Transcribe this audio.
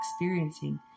experiencing